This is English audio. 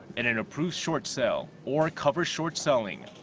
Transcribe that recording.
in an approved short-sale or covered short-selling.